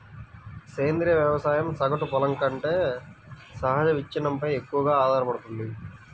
సేంద్రీయ వ్యవసాయం సగటు పొలం కంటే సహజ విచ్ఛిన్నంపై ఎక్కువగా ఆధారపడుతుంది